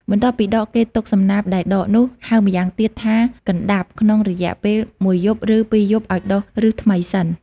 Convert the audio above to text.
បន្ទាប់ពីដកគេទុកសំណាបដែលដកនោះ ហៅម្យ៉ាងទៀតថាកណ្តាប់ ក្នុងរយៈពេលមួយយប់ឬពីយប់ឲ្យដុះឫសថ្មីសិន។